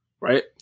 right